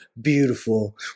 beautiful